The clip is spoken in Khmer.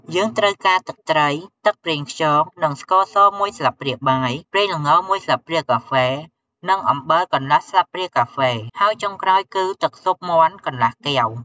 យើងត្រូវការទឹកត្រី ទឹកប្រេងខ្យង និងស្ករស មួយស្លាបព្រាបាយ ប្រេងល្ង មួយស្លាបព្រាកាហ្វេ និងអំបិលកន្លះស្លាបព្រាកាហ្វេ ហើយចុងក្រោយគឺ ទឹកស៊ុបមាន់កន្លះកែវ។